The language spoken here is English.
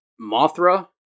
Mothra